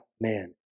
man